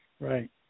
right